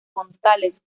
gonzález